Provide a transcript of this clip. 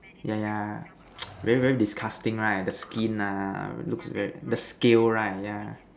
yeah yeah very very disgusting right the skin nah looks the scale right ya